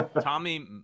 Tommy